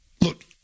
Look